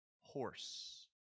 horse